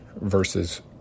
versus